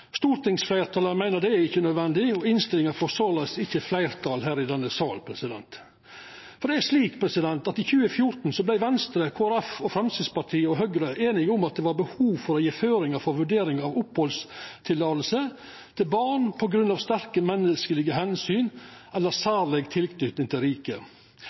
ikkje fleirtal her i denne salen. I 2014 vart Venstre, Kristeleg Folkeparti, Framstegspartiet og Høgre einige om at det var behov for å gje føringar for vurderinga av oppehaldsløyve til barn på grunn av sterke menneskelege omsyn eller særleg tilknyting til riket.